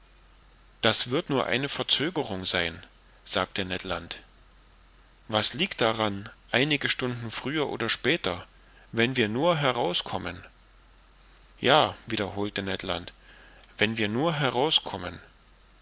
das wird nur eine verzögerung sein sagte ned land was liegt daran einige stunden früher oder später wenn wir nur herauskommen ja wiederholte ned land wenn wir nur heraus